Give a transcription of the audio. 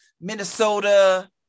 Minnesota